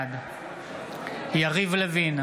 בעד יריב לוין,